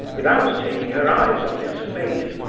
without taking her eyes off his face,